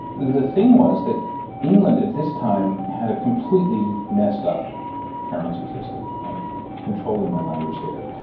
the thing was that england at this time had a completely messed up currency system. i'm controlling my language there,